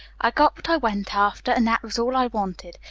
i got what i went after, and that was all i wanted.